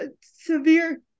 severe